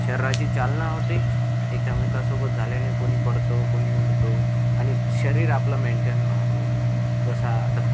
शरीराची चालना होते एकामेकासोबत झाल्याने कोणी पडतं कोणी उडतो आणि शरीर आपलं मेंटेन रहाते जसा आता